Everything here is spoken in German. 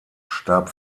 starb